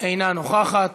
אינה נוכחת.